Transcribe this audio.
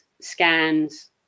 scans